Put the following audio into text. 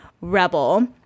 rebel